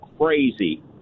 crazy